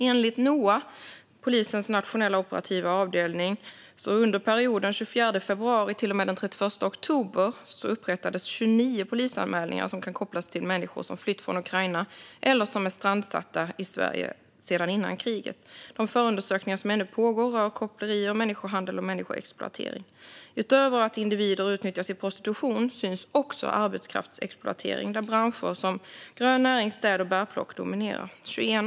Enligt Noa, polisens nationella operativa avdelning, upprättades under perioden den 24 februari till den 31 oktober 29 polisanmälningar som kan kopplas till människor som har flytt från Ukraina eller som är strandsatta i Sverige sedan innan kriget. De förundersökningar som ännu pågår rör koppleri, människohandel och människoexploatering. Utöver att individer utnyttjas i prostitution syns också arbetskraftsexploatering, där branscher som grön näring, städ och bärplock dominerar.